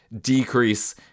decrease